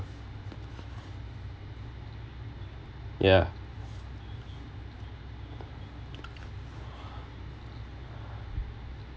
ya